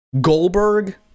Goldberg